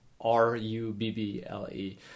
R-U-B-B-L-E